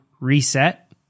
reset